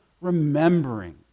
remembering